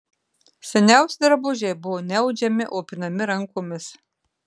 seniausi drabužiai buvo ne audžiami o pinami rankomis